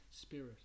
spirit